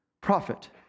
prophet